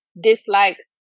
dislikes